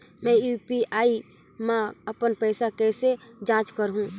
मैं यू.पी.आई मा अपन पइसा कइसे जांच करहु?